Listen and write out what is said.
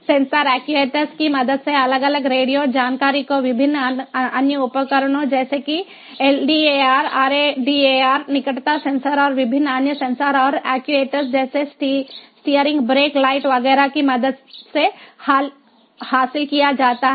sensor actuators की मदद से अलग अलग रेडियो जानकारी को विभिन्न अन्य उपकरणों जैसे कि LDAR RADAR निकटता सेंसर और विभिन्न अन्य सेंसर और एक्ट्यूएटर्स जैसे स्टीयरिंग ब्रेक लाइट वगैरह की मदद से हासिल किया जाता है